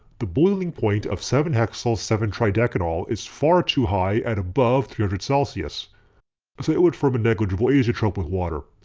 the boiling point of seven hexyl seven tridecanol is far too high at above three hundred celsius. so it would form a negligible azeotrope with water.